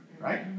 right